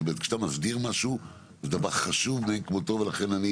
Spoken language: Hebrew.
כשאתה מסדיר משהו זה דבר חשוב ולכן אני